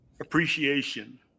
Appreciation